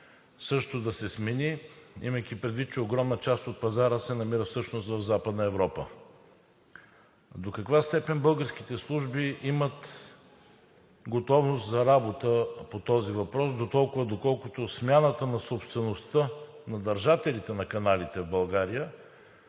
също да се смени, имайки предвид, че огромна част от пазара се намира всъщност в Западна Европа. До каква степен българските служби имат готовност за работа по този въпрос дотолкова, доколкото смяната на собствеността на държателите на каналите в България